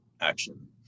action